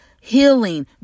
healing